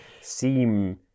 seem